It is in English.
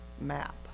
map